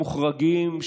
המוחרגים,